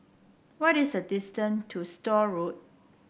what is the distance to Store Road